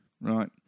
right